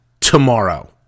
tomorrow